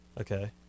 Okay